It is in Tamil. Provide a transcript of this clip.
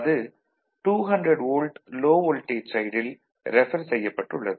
அது 200 வோல்ட் லோ வோல்டேஜ் சைடில் ரெஃபர் செய்யப்பட்டுள்ளது